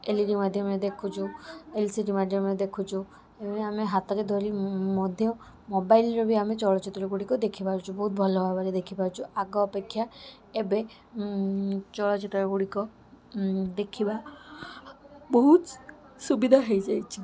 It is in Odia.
ଏଲ୍ ଇ ଡ଼ି ମାଧ୍ୟମରେ ଦେଖୁଛୁ ଏଲ୍ ସି ଡ଼ି ମାଧ୍ୟମରେ ଦେଖୁଛୁ ଏଭଳି ଆମେ ହାତରେ ଧରି ମଧ୍ୟ ମୋବାଇଲରେ ବି ଆମେ ଚଳଚ୍ଚିତ୍ର ଗୁଡ଼ିକ ଦେଖିପାରୁଛୁ ବହୁତ ଭଲ ଭାବରେ ଦେଖିପାରୁଛୁ ଆଗ ଅପେକ୍ଷା ଏବେ ଚଳଚ୍ଚିତ୍ର ଗୁଡ଼ିକ ଦେଖିବା ବହୁତ ସୁବିଧା ହେଇଯାଇଛି